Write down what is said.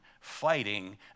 fighting